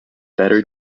better